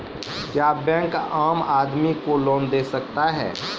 क्या बैंक आम आदमी को लोन दे सकता हैं?